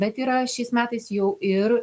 bet yra šiais metais jau ir